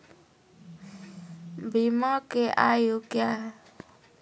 बीमा के आयु क्या हैं?